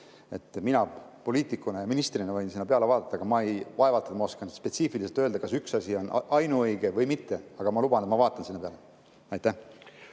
Mina poliitiku ja ministrina võin peale vaadata, aga vaevalt ma oskan spetsiifiliselt öelda, kas üks asi on ainuõige või mitte. Aga ma luban, et ma vaatan sinna peale. Aitäh